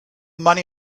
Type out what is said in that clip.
money